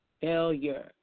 failure